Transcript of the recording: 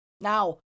Now